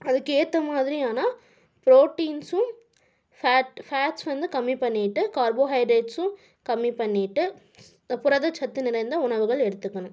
அதுக்கு ஏற்ற மாதிரியான புரோட்டீன்ஸும் ஃபேட் ஃபேட்ஸ் வந்து கம்மி பண்ணிட்டு கார்போஹைட்ரேட்ஸும் கம்மி பண்ணிட்டு இந்த புரதச்சத்து நிறைந்த உணவுகளை எடுத்துக்கணும்